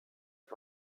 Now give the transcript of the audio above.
auf